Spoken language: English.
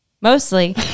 mostly